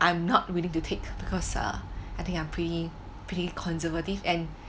I am not willing to take because ah I think I'm pretty pretty conservative and